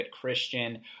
Christian